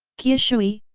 qiushui,